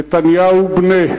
נתניהו, בנה.